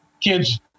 Kids